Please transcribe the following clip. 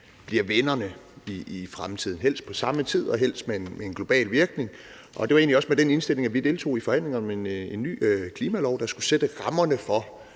bliver vinderne i fremtiden – helst på samme tid og helst med en global virkning. Det var egentlig også med den indstilling, at vi deltog i forhandlingerne om en ny klimalov, der skulle sætte rammerne for,